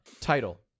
title